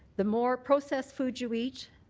the more processed food you eat,